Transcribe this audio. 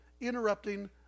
interrupting